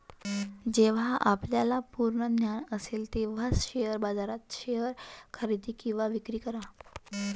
जेव्हा आपल्याला पूर्ण ज्ञान असेल तेव्हाच शेअर बाजारात शेअर्स खरेदी किंवा विक्री करा